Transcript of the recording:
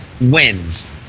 wins